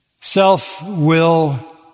self-will